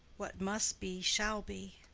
what must be shall be.